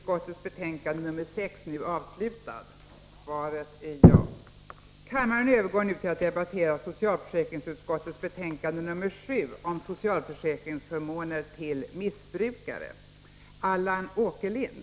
Kammaren övergår nu till att debattera socialförsäkringsutskottets betänkande 2 som gäller läkarintyg vid sjukskrivning.